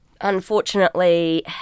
unfortunately